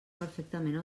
perfectament